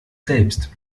selbst